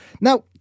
Now